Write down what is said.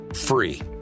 free